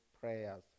prayers